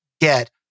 get